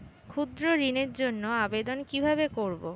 ক্ষুদ্র ঋণের জন্য আবেদন কিভাবে করব?